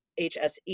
HSE